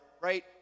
right